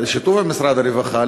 בשיתוף עם משרד הרווחה,